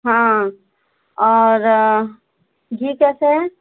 हाँ और घी कैसे है